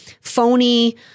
phony